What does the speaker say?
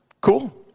cool